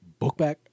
Bookback